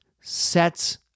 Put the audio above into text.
sets